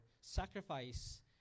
sacrifice